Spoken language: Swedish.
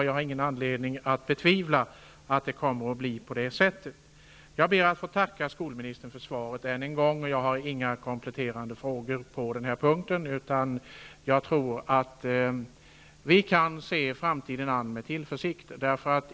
Jag har ingen anledning att betvivla att det kommer att bli på det sättet. Jag ber än en gång att få tacka skolministern för svaret. Jag har inga kompletterande frågor på den här punkten, utan jag tror att vi kan se framtiden an med tillförsikt.